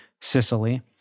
Sicily